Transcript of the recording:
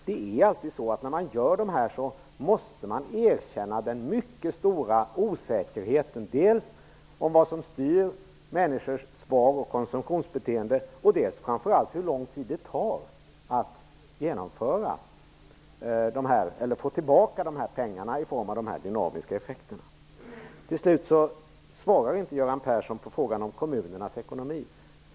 Det är alltid så att när man gör dessa kalkyler måste man erkänna den mycket stora osäkerheten, dels om vad som styr människors spar och konsumtionsbeteende, dels framför allt om hur lång tid det tar att få tillbaka pengarna i form av dynamiska effekter. Till sist svarade inte Göran Persson på frågan om kommunernas ekonomi.